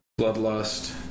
Bloodlust